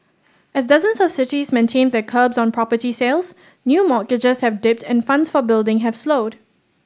as dozens of cities maintain their curbs on property sales new mortgages have dipped and funds for building have slowed